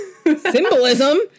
Symbolism